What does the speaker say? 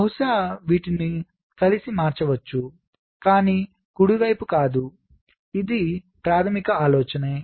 కాబట్టి బహుశా వీటిని కలిసి మార్చవచ్చు కానీ కుడి వైపు కాదు ఇది ప్రాథమిక ఆలోచన